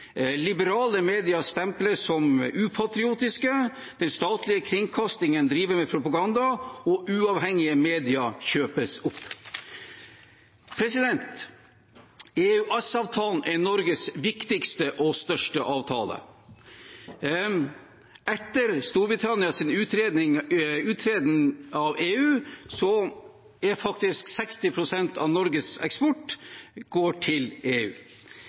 Liberale medier stemples som upatriotiske, den statlige kringkastingen driver med propaganda, og uavhengige medier kjøpes opp. EØS-avtalen er Norges viktigste og største avtale. Etter Storbritannias uttreden av EU går faktisk 60 pst. av Norges eksport til EU.